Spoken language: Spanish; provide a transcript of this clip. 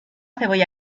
cebolla